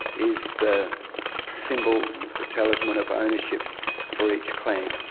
is the symbol, the talisman of ownership for each clan.